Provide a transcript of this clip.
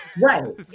Right